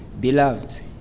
Beloved